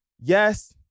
yes